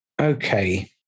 Okay